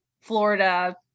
Florida